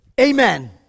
amen